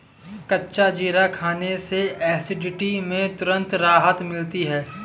कच्चा जीरा खाने से एसिडिटी में तुरंत राहत मिलती है